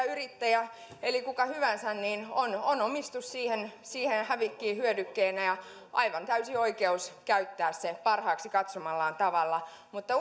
yrittäjä tai kuka hyvänsä on on omistus siihen siihen hävikkiin hyödykkeenä ja aivan täysi oikeus käyttää se parhaaksi katsomallaan tavalla mutta